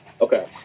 Okay